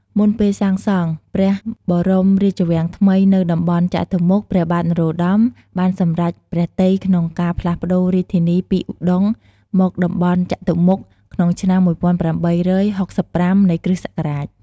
មុនពេលសាងសង់ព្រះបរមរាជវាំងថ្មីនៅតំបន់ចតុមុខ ព្រះបាទ នរោត្តម បានសម្រេចព្រះទ័យក្នុង ការផ្លាសប្ដូររាជធានីពីឧដុង្គ មកតំបន់ចតុមុខក្នុងឆ្នាំ ១៨៦៥ នៃគ.សករាជ។